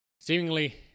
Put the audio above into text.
seemingly